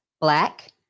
black